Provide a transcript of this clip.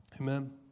Amen